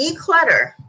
declutter